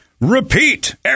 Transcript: repeat